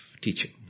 teaching